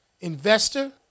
investor